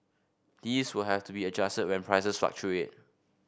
these will have to be adjusted when prices fluctuate